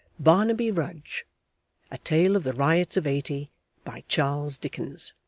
barnaby rudge a tale of the riots of eighty by charles dickens